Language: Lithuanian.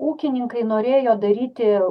ūkininkai norėjo daryti